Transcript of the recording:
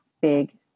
big